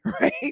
Right